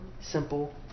simple